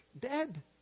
Dead